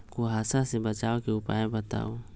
कुहासा से बचाव के उपाय बताऊ?